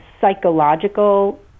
psychological